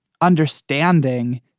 understanding